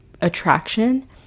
attraction